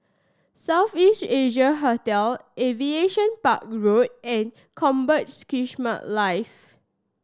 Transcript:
South East Asia Hotel Aviation Park Road and Combat Skirmish Live